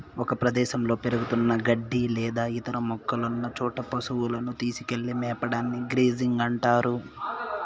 ఒక ప్రదేశంలో పెరుగుతున్న గడ్డి లేదా ఇతర మొక్కలున్న చోట పసువులను తీసుకెళ్ళి మేపడాన్ని గ్రేజింగ్ అంటారు